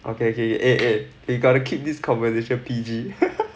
okay okay eh we got to keep this conversation P_G